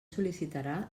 sol·licitarà